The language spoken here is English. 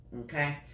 Okay